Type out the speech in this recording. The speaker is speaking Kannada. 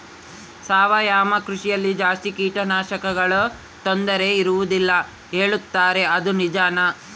ಸಾವಯವ ಕೃಷಿಯಲ್ಲಿ ಜಾಸ್ತಿ ಕೇಟನಾಶಕಗಳ ತೊಂದರೆ ಇರುವದಿಲ್ಲ ಹೇಳುತ್ತಾರೆ ಅದು ನಿಜಾನಾ?